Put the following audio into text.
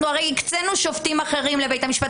הרי הקצינו שופטים אחרים לבית המשפט